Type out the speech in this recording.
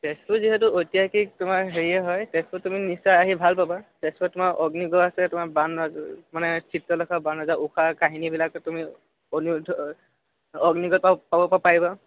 তেজপুৰ যিহেতু ঐতিহাসিক তোমাৰ হেৰিয়ে হয় তেজপুৰত তুমি নিশ্চয় আহি ভাল পাবা তেজপুৰত তোমাৰ অগ্নিগড় আছে তোমাৰ বাণ মানে চিত্ৰলেখা বাণ ৰজা ঊষাৰ কাহিনীবিলাকতো তুমি অনিৰুদ্ধ অগ্নিগড় পাব পাব পা পাৰিবা